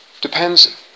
depends